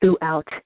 throughout